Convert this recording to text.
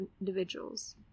individuals